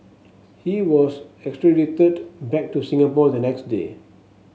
he was extradited back to Singapore the next day